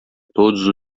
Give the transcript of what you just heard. todos